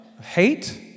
hate